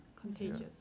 contagious